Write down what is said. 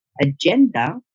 agenda